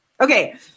Okay